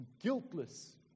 guiltless